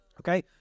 Okay